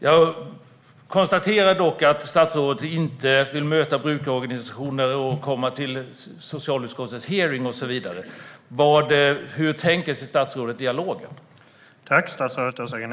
Jag konstaterar dock att statsrådet inte vill möta brukarorganisationer, komma till socialutskottets hearing och så vidare. Hur tänker sig statsrådet dialogen?